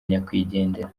nyakwigendera